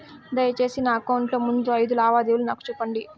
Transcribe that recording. దయసేసి నా అకౌంట్ లో ముందు అయిదు లావాదేవీలు నాకు చూపండి